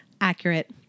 accurate